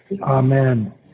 Amen